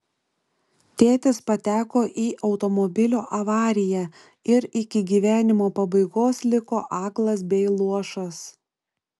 tėtis pateko į automobilio avariją ir iki gyvenimo pabaigos liko aklas bei luošas